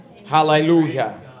Hallelujah